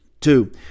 Two